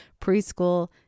preschool